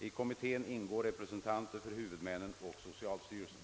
I kommittén ingår representanter för huvudmännen och socialstyrelsen.